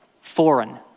Foreign